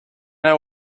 know